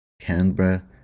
Canberra